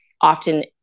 often